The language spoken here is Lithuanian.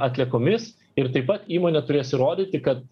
atliekomis ir taip pat įmonė turės įrodyti kad